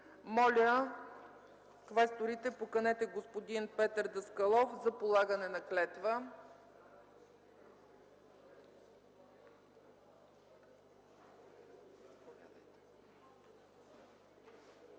Моля, квесторите, поканете господин Петър Даскалов за полагане на клетва.